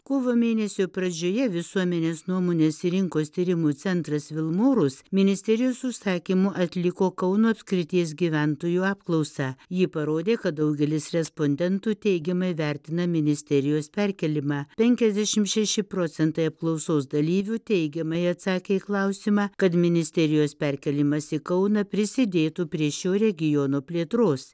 kovo mėnesio pradžioje visuomenės nuomonės rinkos tyrimų centras vilmorus ministerijos užsakymu atliko kauno apskrities gyventojų apklausą ji parodė kad daugelis respondentų teigiamai vertina ministerijos perkėlimą penkiasdešim šeši procentai apklausos dalyvių teigiamai atsakė į klausimą kad ministerijos perkėlimas į kauną prisidėtų prie šio regiono plėtros